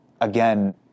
again